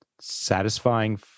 satisfying